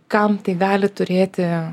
kam tai gali turėti